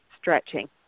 stretching